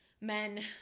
men